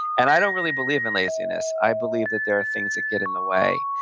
and i don't really believe in laziness. i believe that there are things that get in the way,